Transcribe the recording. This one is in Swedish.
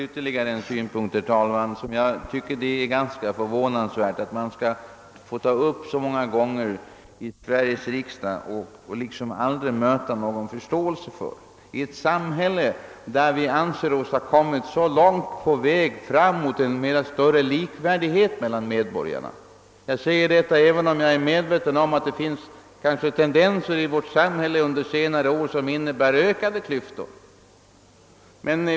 ytterligare en synpunkt i detta sammanhang som jag tycker att det är förvånansvärt att man så många gånger skall behöva ta upp i Sveriges riksdag utan att någonsin möta någon förståelse, detta i ett samhälle där vi anser oss ha kommit jångt på vägen mot likställighet mellan medborgarna. Jag säger detta även om jag är medveten om att det under senare år förekommit vissa tendenser i vårt samhälle i riktning mot ökade klyftor.